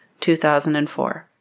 2004